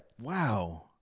Wow